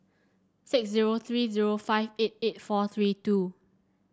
six zero three zero five eight eight four three two